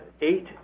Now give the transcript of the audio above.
eight